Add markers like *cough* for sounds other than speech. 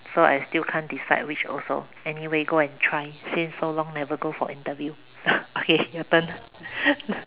so I still can't decide which also anyway go and try since so long never go for interview *laughs* okay your turn *laughs*